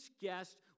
guest